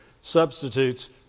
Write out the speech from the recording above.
Substitutes